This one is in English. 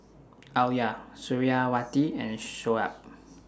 Alya Suriawati and Shoaib